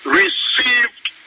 received